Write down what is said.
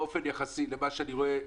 באופן יחסי למה שאני רואה,